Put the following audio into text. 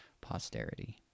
Posterity